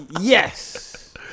Yes